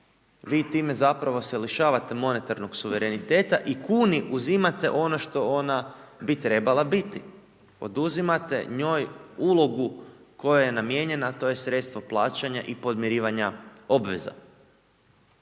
vi time zapravo se lišavate monetarnog suvereniteta i kuni uzimate ono što ona bi trebala biti, oduzimate njoj ulogu koja je namijenjena a to je sredstvo plaćanja i podmirivanja obveza.